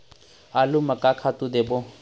आलू म का का खातू देबो?